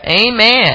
Amen